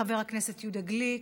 חבר הכנסת יהודה גליק,